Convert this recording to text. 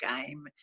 game